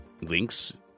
links